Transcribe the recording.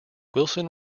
wilson